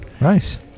Nice